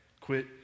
quit